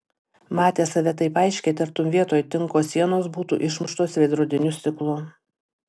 matė save taip aiškiai tartum vietoj tinko sienos būtų išmuštos veidrodiniu stiklu